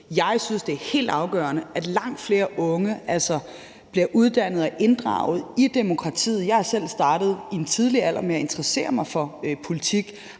Jeg synes, det er helt afgørende, at langt flere unge bliver uddannet og inddraget i demokratiet. Jeg er selv i en tidlig alder startet med at interessere mig for politik